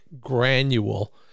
granule